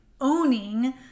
owning